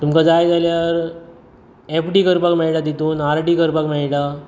तुमकां जाय जाल्यार एफडी करपाक मेळटा तीतुन आरडी करपाक मेळटा